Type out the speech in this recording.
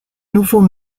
nouveau